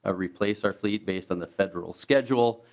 ah replace our fleet based on the federal schedule.